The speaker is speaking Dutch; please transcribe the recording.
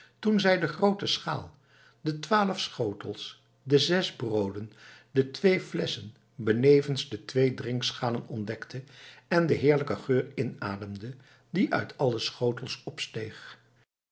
toen zij de groote schaal de twaalf schotels de zes brooden de twee flesschen benevens de twee drinkschalen ontdekte en den heerlijken geur inademde die uit alle schotels opsteeg